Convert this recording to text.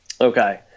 okay